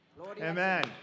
Amen